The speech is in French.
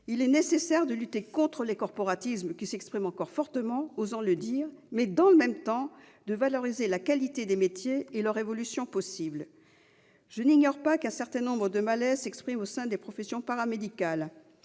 Il est nécessaire de lutter contre les corporatismes qui s'expriment encore fortement, osons le dire, mais également de valoriser la qualité des métiers et leurs évolutions possibles. Je n'ignore pas qu'un certain nombre de malaises s'expriment au sein des professions paramédicales